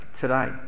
today